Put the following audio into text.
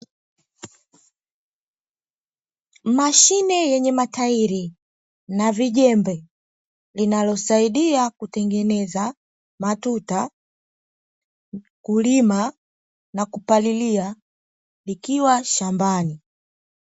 Mashine yenye matairi na vijembe linalosadia kutengeneza matuta, kulima na kupalilia likiwa shambani.